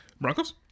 Broncos